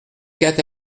quatre